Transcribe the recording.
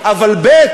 אבל ב.